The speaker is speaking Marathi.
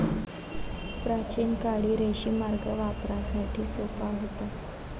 प्राचीन काळी रेशीम मार्ग व्यापारासाठी सोपा होता